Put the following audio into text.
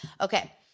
Okay